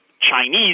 Chinese